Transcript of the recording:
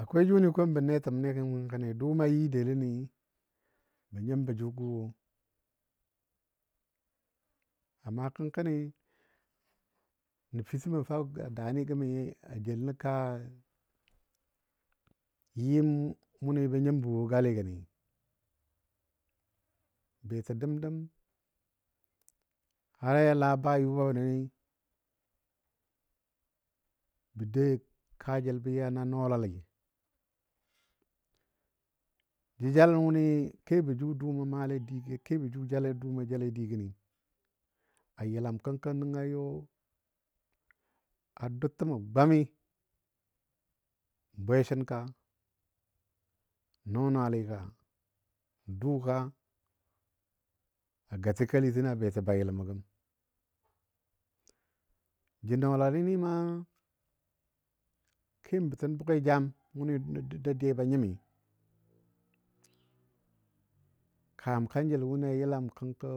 Akwai jʊni kombəne təmni gəmi kənkɔni dʊumɔ yɨ deləni bə nyimbɔ jʊgɔ. Amma kənkɔni nəfitəmɔ fa daani gəmi a jel nə kaa yɨm wʊni bə nyimbɔ wo galigəni bətɔ dəm dəm har ya la bayʊbabɔ nəni bə dou kaajəl bə ya na nɔɔlali jəjalən wʊni kebɔ jʊ dʊʊmɔ maale digə kebɔ jʊ jale dʊʊmɔ jale digəni. A yəlam kənkɔ nəngɔ yɔ a dou təmɔ gwami. N bwesən ka, nɔɔnali ka, dʊʊga, a gatə kɛli təno beti bayiləmɔ gəm. Jə nɔɔlali ni ma kembə təm bʊge jam wʊni dadiyabɔ a nyimi kam kanjəl wʊni a yəlam kənkɔ.